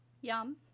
yum